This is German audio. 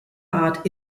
art